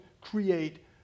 create